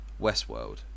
Westworld